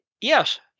Yes